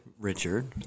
Richard